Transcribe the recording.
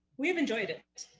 we have enjoyed it,